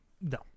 No